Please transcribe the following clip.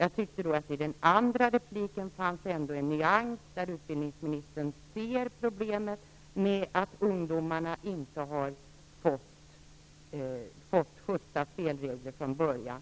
I hans andra inlägg fanns ändå en nyans, där utbildningsministern ser problemet med att ungdomarna inte har fått justa spelregler från början.